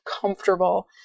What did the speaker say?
comfortable